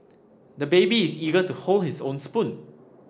the baby is eager to hold his own spoon